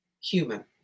Human